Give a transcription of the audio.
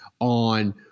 on